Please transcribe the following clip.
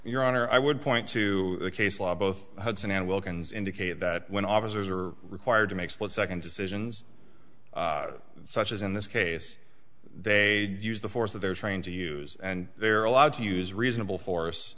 your honor i would point to the case law both hudson and wilkins indicate that when officers are required to make split second decisions such as in this case they use the force that they're trained to use and they're allowed to use reasonable for